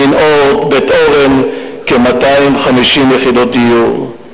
ב"ימין אורד" ובבית-אורן כ-250 יחידות דיור,